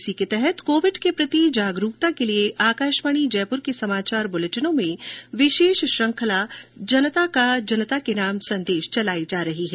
इसी के तहत कोविड के प्रति जागरूकता के लिये आकाशवाणी जयपुर के समाचार बुलेटिनों में विशेष श्रृंखला जनता का संदेश जनता के नाम चलाई जा रही है